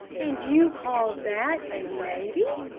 and you call that a lady?